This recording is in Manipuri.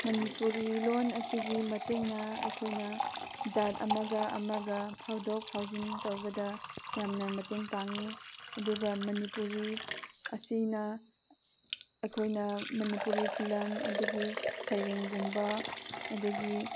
ꯃꯅꯤꯄꯨꯔꯤ ꯂꯣꯟ ꯑꯁꯤꯒꯤ ꯃꯇꯦꯡꯅ ꯑꯩꯈꯣꯏꯅ ꯖꯥꯠ ꯑꯃꯒ ꯑꯃꯒ ꯐꯥꯎꯗꯣꯛ ꯐꯥꯎꯖꯤꯟ ꯇꯧꯕꯗ ꯌꯥꯝꯅ ꯃꯇꯦꯡ ꯄꯥꯡꯉꯤ ꯑꯗꯨꯒ ꯃꯅꯤꯄꯨꯔꯤ ꯑꯁꯤꯅ ꯑꯩꯈꯣꯏꯅ ꯃꯅꯤꯄꯨꯔꯤ ꯐꯤꯂꯝ ꯑꯗꯒꯤ ꯁꯩꯔꯦꯡꯒꯨꯝꯕ ꯑꯗꯒꯤ